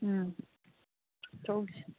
ꯎꯝ ꯆꯧꯁꯤ